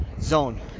zone